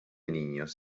niños